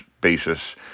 basis